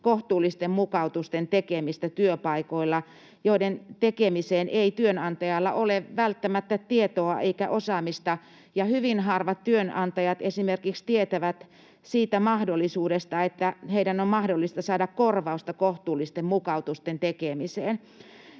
kohtuullisten mukautusten tekemistä työpaikoilla, ja niiden tekemiseen ei työnantajalla ole välttämättä tietoa eikä osaamista. Ja hyvin harvat työnantajat esimerkiksi tietävät siitä mahdollisuudesta, että heidän on mahdollista saada korvausta kohtuullisten mukautusten tekemisestä.